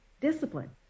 discipline